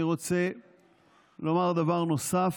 אני רוצה לומר דבר נוסף: